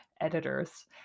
editors